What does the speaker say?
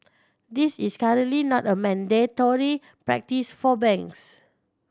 this is currently not a mandatory practice for banks